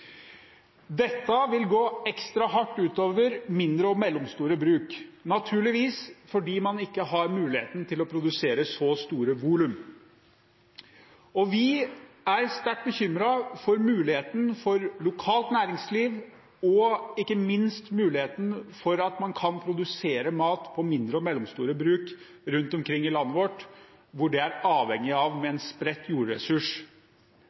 Dette vil gå ekstra hardt ut over mindre og mellomstore bruk – naturligvis fordi man ikke har muligheten til å produsere så store volum. Vi er sterkt bekymret for mulighetene for lokalt næringsliv og ikke minst mulighetene for å produsere mat på mindre og mellomstore bruk rundt omkring i landet vårt hvor de er avhengige av en spredt jordressurs